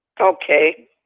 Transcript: Okay